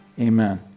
amen